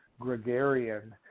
Gregarian